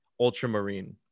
Ultramarine